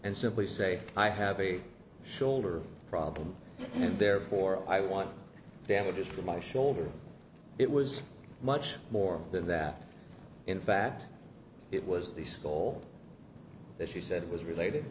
and simply say i have a shoulder problem and therefore i want damages for my shoulder it was much more than that in fact it was the school that she said was related